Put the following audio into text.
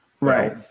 Right